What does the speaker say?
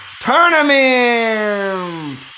Tournament